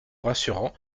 rassurant